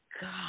God